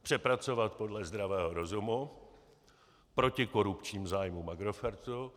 Přepracovat podle zdravého rozumu, proti korupčním zájmům Agrofertu.